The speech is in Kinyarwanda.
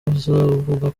bazavuga